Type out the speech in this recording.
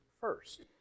first